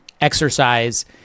exercise